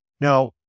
Now